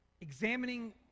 examining